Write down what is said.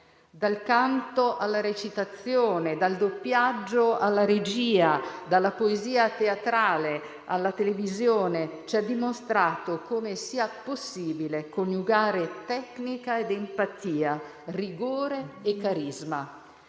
Dal canto alla recitazione, dal doppiaggio alla regia, dalla poesia teatrale alla televisione, ci ha dimostrato come sia possibile coniugare tecnica ed empatia, rigore e carisma.